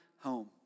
home